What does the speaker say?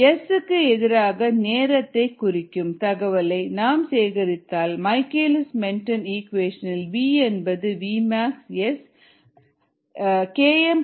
S க்கு எதிராக நேரத்தை குறிக்கும் தகவலை நாம் சேகரித்தால் மைக்கேலிஸ் மென்டென் ஈக்குவேஷன் இல் v என்பது Vmax S K mS ஆல் வகுக்கப்பட்டது ஆகும்